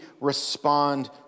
respond